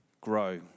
grow